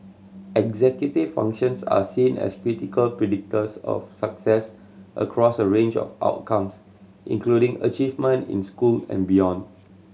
executive functions are seen as critical predictors of success across a range of outcomes including achievement in school and beyond